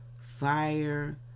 fire